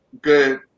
good